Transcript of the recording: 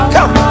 Come